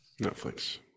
netflix